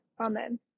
amen